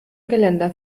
geländer